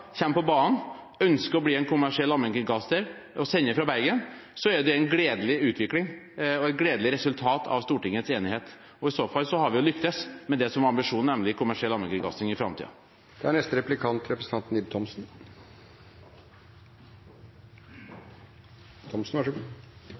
på banen, som ønsker å bli en kommersiell allmennkringkaster og sende fra Bergen, er det en gledelig utvikling og et gledelig resultat av Stortingets enighet. Og i så fall har vi jo lyktes med det som var ambisjonen, nemlig kommersiell allmennkringkasting i framtiden. Jeg hørte innlegget til representanten